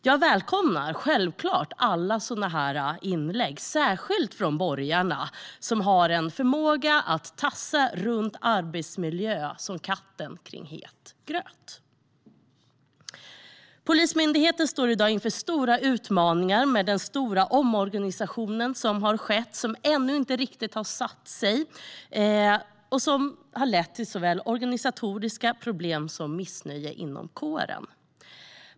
Jag välkomnar självklart alla sådana här inlägg, särskilt från borgarna, som har en förmåga att tassa runt arbetsmiljö som katten kring het gröt. Polismyndigheten står i dag inför stora utmaningar med den stora omorganisation som har skett, som ännu inte riktigt har satt sig och som har lett till såväl organisatoriska problem som missnöje inom kåren.